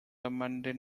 monday